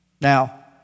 Now